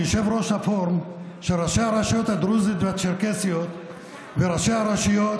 כיושב-ראש הפורום של ראשי הרשויות הדרוזיות והצ'רקסיות וראשי הרשויות,